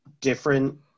different